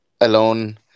alone